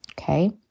Okay